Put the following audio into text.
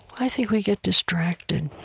i think we get distracted.